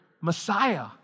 Messiah